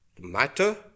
matter